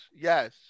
yes